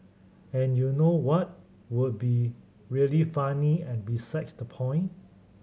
and you know what would be really funny and besides the point